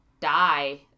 die